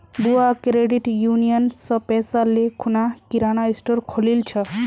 बुआ credit union स पैसा ले खूना किराना स्टोर खोलील छ